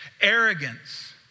arrogance